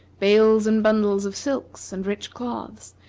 bales and bundles of silks and rich cloths,